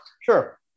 Sure